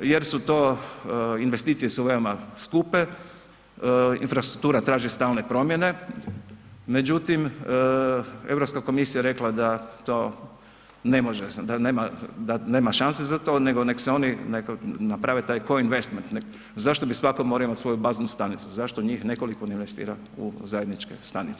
jer su to, investicije su veoma skupe, infrastruktura traži stalne promjene, međutim Europska komisija je rekla da to ne može, da nema šanse za to nego nek se oni naprave taj coin investment, zašto bi svako morao imat svoju baznu stanicu, zašto njih nekoliko ne investira u zajedničke stanice.